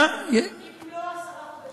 שנה, אם לא עשרה חודשים.